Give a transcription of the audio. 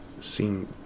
seem